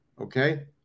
Okay